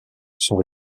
sont